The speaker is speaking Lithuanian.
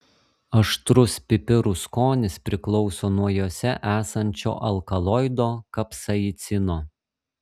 aštrus pipirų skonis priklauso nuo juose esančio alkaloido kapsaicino